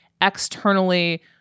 externally